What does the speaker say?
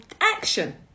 action